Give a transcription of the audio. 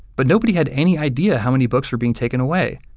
but nobody had any idea how many books were being taken away.